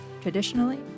traditionally